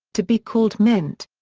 to be called mint.